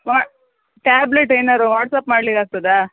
ಹಾಂ ಟ್ಯಾಬ್ಲೆಟ್ ಏನಾದ್ರು ವಾಟ್ಸ್ಆ್ಯಪ್ ಮಾಡ್ಲಿಕೆ ಆಗ್ತದಾ